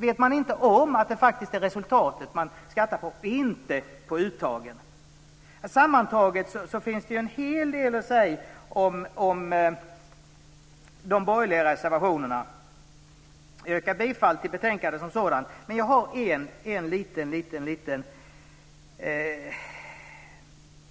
Vet man inte om att det faktiskt är resultatet man skattar för och inte uttaget. Sammantaget finns det en hel del att säga om de borgerliga reservationerna. Jag yrkar bifall till utskottets förslag i betänkandet. Men jag har ett par små